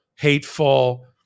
hateful